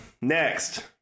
next